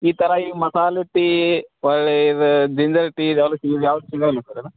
ಈ ಥರ ಈ ಮಸಾಲೆ ಟೀ ಒಳ್ಳೆಯ ಇದು ಜಿಂಜರ್ ಟೀ ಇದು ಯಾವುದೂ ಸಿಗ ಇದು ಯಾವುದೂ ಸಿಗೋಲ್ವ ಸರ್ ಅದು